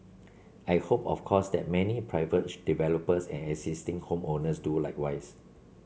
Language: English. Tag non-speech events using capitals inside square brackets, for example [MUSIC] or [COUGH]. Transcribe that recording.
I hope of course that many private [UNINTELLIGIBLE] developers and existing home owners do likewise